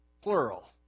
plural